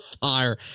fire